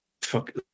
Fuck